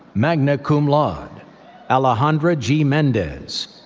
magna cum laude alejandra g. mendez,